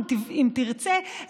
אם תרצה,